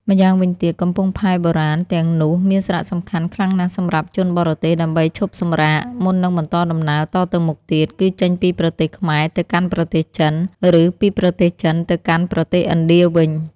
ម្យ៉ាងវិញទៀត កំពង់ផែបុរាណ ទាំងនោះមានសារៈសំខាន់ខ្លាំងណាស់សម្រាប់ជនបរទេស ដើម្បីឈប់សម្រាក មុននឹងបន្តដំណើរតទៅមុខទៀត គឺចេញពីប្រទេសខ្មែរទៅកាន់ប្រទេសចិន ឬពីប្រទេសចិនទៅកាន់ប្រទេសឥណ្ឌាវិញ។